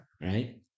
Right